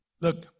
Look